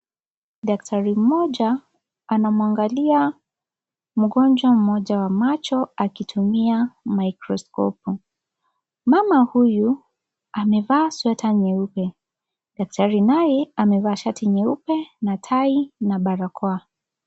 Daktari mmoja anamwangalia mgonjwa mmoja wa macho akitumia maikroskopu mama huyu amevaa sweta nyeupe daktari naye amevaa shati nyeupe na tai na barakoa.